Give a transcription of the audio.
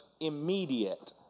immediate